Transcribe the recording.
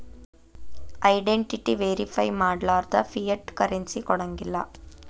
identity verify ಮಾಡ್ಲಾರ್ದ fiat currency ಕೊಡಂಗಿಲ್ಲಾ